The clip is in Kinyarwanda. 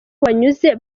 wanyuze